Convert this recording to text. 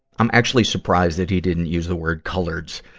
i'm actually surprised that he didn't use the word coloreds.